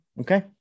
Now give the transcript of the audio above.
okay